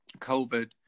COVID